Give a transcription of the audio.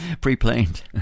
pre-planned